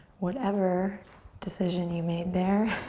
whatever decision you made there,